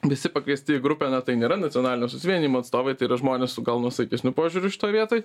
visi pakviesti į grupę na tai nėra nacionalinio susivienijimo atstovai tai yra žmonės su gal nuosaikesniu požiūriu šitoj vietoj